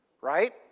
right